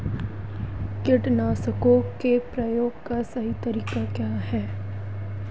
कीटनाशकों के प्रयोग का सही तरीका क्या है?